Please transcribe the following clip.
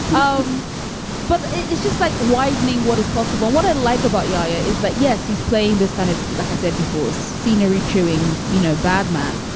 um but it's just like widening what is possible. what i like about yoga is that, yes, he's playing this kind of like i said before, scenery chewing, you know, bad man.